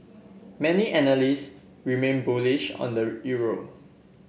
many analysts remain bullish on the euro